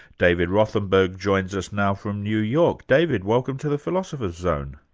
david rothenberg joins us now from new york. david, welcome to the philosopher's zone.